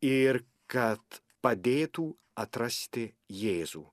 ir kad padėtų atrasti jėzų